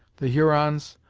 the hurons,